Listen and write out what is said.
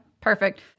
perfect